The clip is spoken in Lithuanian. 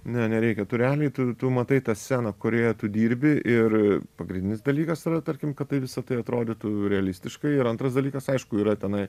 ne nereikia tu realiai tu tu matai tą sceną kurioje tu dirbi ir pagrindinis dalykas yra tarkim kad visa tai atrodytų realistiškai ir antras dalykas aišku yra tenai